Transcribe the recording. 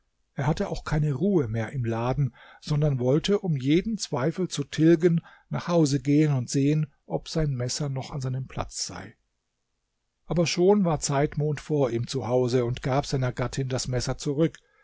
er hatte auch keine ruhe mehr im laden sondern wollte um jeden zweifel zu tilgen nach hause gehen und sehen ob sein messer noch an seinem platz sei aber schon war zeitmond vor ihm zu hause und gab seiner gattin das messer zurück